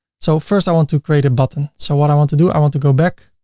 so first i want to create a button. so what i want to do? i want to go back.